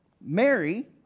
Mary